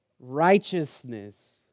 righteousness